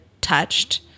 touched